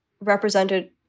represented